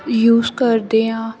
use ਕਰਦੇ ਹਾਂ